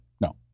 No